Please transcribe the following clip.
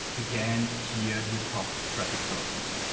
again here your top traffic sources.